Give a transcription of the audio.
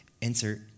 insert